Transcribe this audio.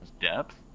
depth